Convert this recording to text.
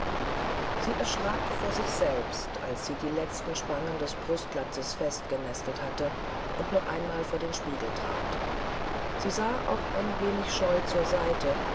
sie erschrak vor sich selber als sie die letzte spange des brustlatzes festgenestelt hatte und noch einmal vor den spiegel trat sie sah auch ein wenig scheu zur seite